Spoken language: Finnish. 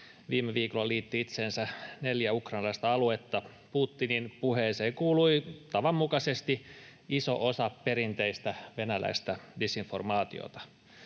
viime viikolla liitti itseensä neljä ukrainalaista aluetta, Putinin puheeseen kuului, tavan mukaisesti, iso osa perinteistä venäläistä disinformaatiota: